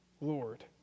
lord